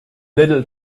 little